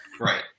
Right